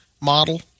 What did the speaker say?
model